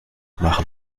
machen